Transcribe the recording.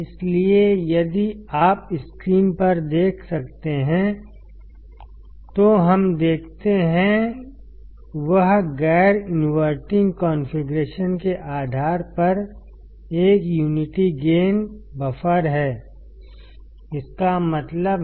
इसलिए यदि आप स्क्रीन पर देख सकते हैं जो हम देखते हैं वह गैर इनवर्टिंग कॉन्फ़िगरेशन के आधार पर एक यूनिटी गेन बफर है इसका क्या मतलब है